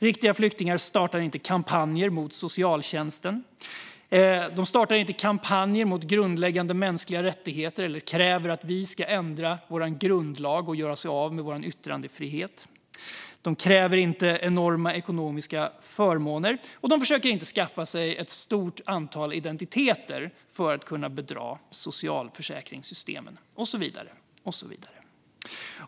Riktiga flyktingar startar inte kampanjer mot socialtjänsten eller mot grundläggande mänskliga rättigheter eller kräver att vi ska ändra vår grundlag och göra oss av med yttrandefriheten. De kräver inte enorma ekonomiska förmåner, och de försöker inte skaffa sig ett stort antal identiteter för att kunna bedra socialförsäkringssystemet, och så vidare.